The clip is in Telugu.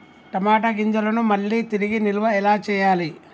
టమాట గింజలను మళ్ళీ తిరిగి నిల్వ ఎలా చేయాలి?